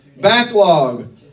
Backlog